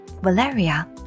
Valeria